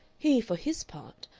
he, for his part,